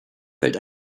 fällt